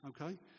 Okay